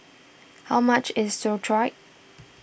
how much is Sauerkraut